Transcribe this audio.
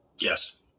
Yes